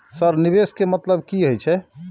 Sir निवेश के मतलब की हे छे?